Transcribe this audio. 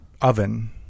oven